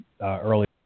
early